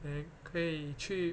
and 可以去